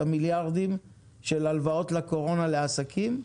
את המיליארדים של הלוואות לקורונה לעסקים,